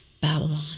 Babylon